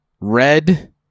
Red